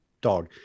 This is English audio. dog